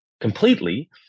completely